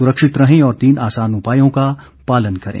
सुरक्षित रहें और तीन आसान उपायों का पालन करें